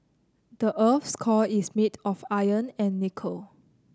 the earth's core is made of iron and nickel